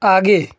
आगे